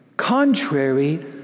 contrary